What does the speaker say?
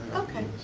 okay,